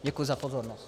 Děkuji za pozornost.